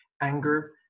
anger